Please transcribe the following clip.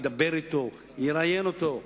ידבר אתו או יראיין אותו,